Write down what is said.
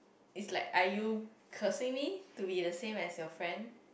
is like are you cursing me to be the same as your friend